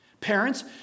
Parents